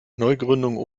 neugründungen